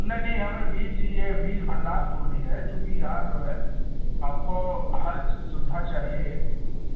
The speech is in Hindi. नहीं नहीं हमें बीज ये बीज भंडार खोलनी है चूँकि यहाँ जो है हमको हर सुविधा चाहिए